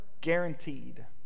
guaranteed